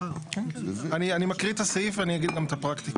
אני מקריא את הסעיף ואני אגיד גם את הפרקטיקה.